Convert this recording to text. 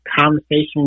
conversation